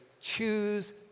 Choose